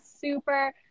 super